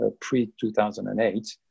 pre-2008